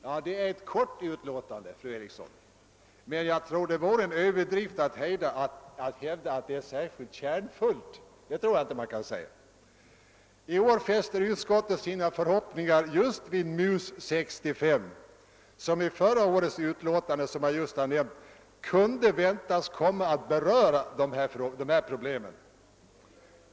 Ja, det är ett kort utlåtande, fru Eriksson i Stockholm, men jag tror det vore en överdrift att säga att det är särskilt kärnfullt. I år fäster utskottet sina förhoppningar just vid MUS 65, som enligt förra årets utlåtande — som jag just nämnt — kunde väntas komma att beröra dessa problem!